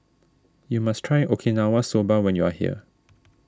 you must try Okinawa Soba when you are here